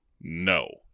No